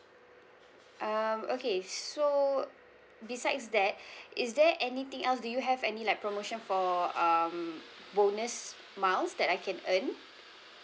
um okay so besides that is there anything else do you have any like promotion for um bonus miles that I can earn